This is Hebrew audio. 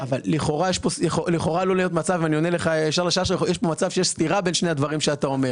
לכאורה עלול להיות מצב בו יש סתירה בין שני הדברים שאתה אומר.